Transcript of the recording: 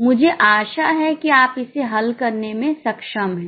मुझे आशा है कि आप इसे हल करने में सक्षम हैं